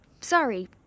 Sorry